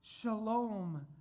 Shalom